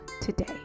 today